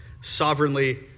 sovereignly